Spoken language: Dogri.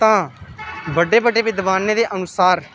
तां बड्डे बड्डे विद्वानें दे अनुसार